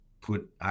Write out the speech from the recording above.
put